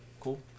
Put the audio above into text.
Cool